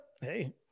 Hey